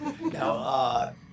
Now